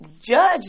judge